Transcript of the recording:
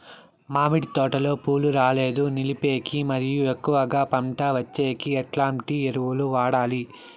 మామిడి తోటలో పూలు రాలేదు నిలిపేకి మరియు ఎక్కువగా పంట వచ్చేకి ఎట్లాంటి ఎరువులు వాడాలి?